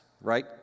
Right